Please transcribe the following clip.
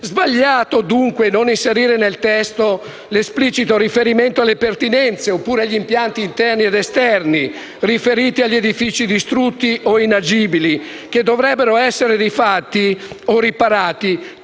sbagliato, dunque, non inserire nel testo l'esplicito riferimento alle pertinenze, oppure agli impianti interni ed esterni riferiti agli edifici distrutti o inagibili che dovrebbero essere rifatti i riparati